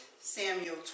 Samuel